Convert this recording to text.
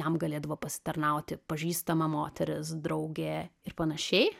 jam galėdavo pasitarnauti pažįstama moteris draugė ir panašiai